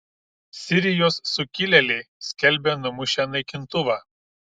sirijos sukilėliai skelbia numušę naikintuvą